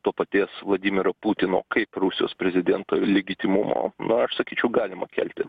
to paties vladimiro putino kaip rusijos prezidento legitimumo na aš sakyčiau galima kelti